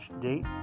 date